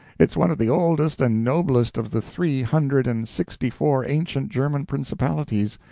it's one of the oldest and noblest of the three hundred and sixty-four ancient german principalities,